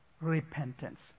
repentance